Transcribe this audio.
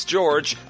George